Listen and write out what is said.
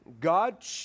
God